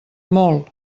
molt